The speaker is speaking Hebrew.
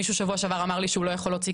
מישהו שבוע שעבר אמר לי שהוא לא יכול להוציא